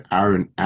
Aaron